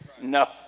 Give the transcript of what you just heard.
no